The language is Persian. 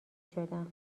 شدم